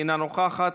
אינה נוכחת,